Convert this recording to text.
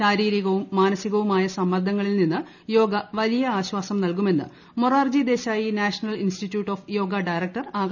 ശാരീരികവും മാനസികവുമായ സമ്മർദ്ദങ്ങളിൽ നിന്ന് യോഗ വലിയ ആശ്വാസം നൽകുമെന്ന് Morarji Desai national institute of yoga director Akashvani വാർത്തയോട് പറഞ്ഞു